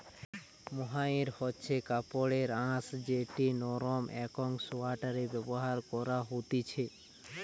mohair হচ্ছে কাপড়ের আঁশ যেটি নরম একং সোয়াটারে ব্যবহার করা হতিছে